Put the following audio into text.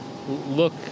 Look